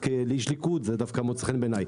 כאיש ליכוד, זה דווקא מוצא חן בעיני.